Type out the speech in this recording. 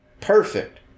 Perfect